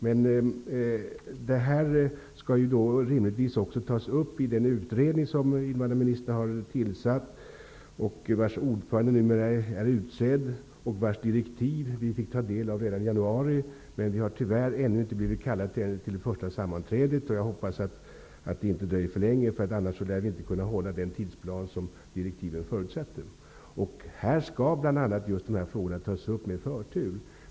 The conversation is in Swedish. Men den nu diskuterade frågan skall rimligtvis också tas upp i den utredning som invandrarministern har tillsatt, vars ordförande numera är utsedd och vars direktiv vi fick ta del av redan i januari. Men tyvärr har vi ännu inte blivit kallade till det första sammanträdet. För att kunna hålla den tidsplan som direktiven förutsätter, hoppas jag att det inte skall dröja för länge. Utredningen skall med förtur behandla bl.a. dessa frågor.